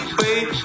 wait